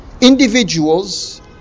individuals